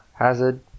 hazard